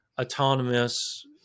autonomous